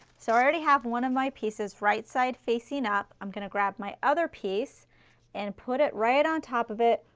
so i already have one of my pieces right side facing up, i'm going to grab my other piece and put it right on top of it,